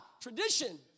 Tradition